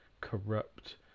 corrupt